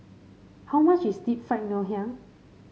how much is Deep Fried Ngoh Hiang